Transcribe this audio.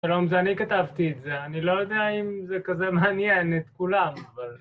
שלום זה אני כתבתי את זה אני לא יודע אם זה כזה מעניין את כולם אבל...